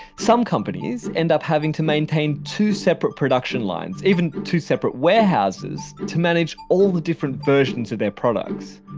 some companies end up having to maintain two separate production lines, even two separate warehouses to manage all the different versions of their products.